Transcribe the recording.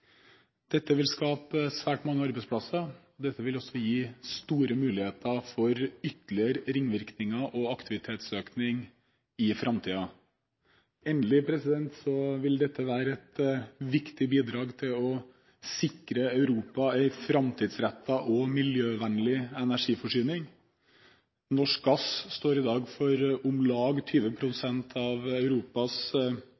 vil også gi store muligheter for ytterligere ringvirkninger og aktivitetsøkning i framtiden. Endelig vil dette være et viktig bidrag til å sikre Europa en framtidsrettet og miljøvennlig energiforsyning. Norsk gass står i dag for om lag 20